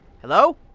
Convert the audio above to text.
hello